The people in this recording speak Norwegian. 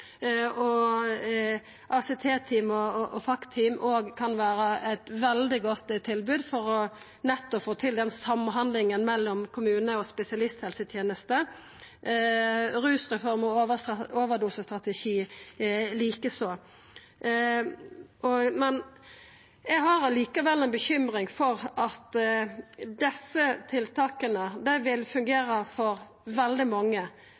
denne gruppa, og ACT-team og FACT-team kan òg vera eit veldig godt tilbod for nettopp å få til samhandlinga mellom kommune- og spesialisthelseteneste. Like eins er det med rusreform og overdosestrategi. Eg har likevel ei bekymring for at desse tiltaka vil fungera for veldig mange,